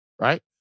right